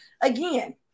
Again